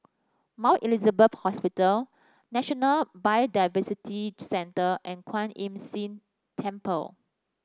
Mount Elizabeth Hospital National Biodiversity Centre and Kwan Imm Seen Temple